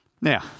Now